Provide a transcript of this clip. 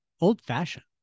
old-fashioned